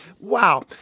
Wow